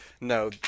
no